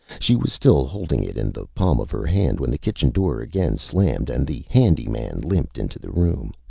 she was still holding it in the palm of her hand when the kitchen door again slammed and the handy man limped into the room.